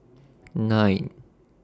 nine